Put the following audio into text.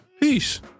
peace